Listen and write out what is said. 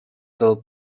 del